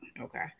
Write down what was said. Okay